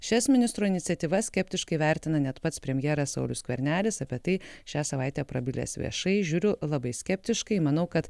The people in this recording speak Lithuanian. šias ministro iniciatyvas skeptiškai vertina net pats premjeras saulius skvernelis apie tai šią savaitę prabilęs viešai žiūriu labai skeptiškai manau kad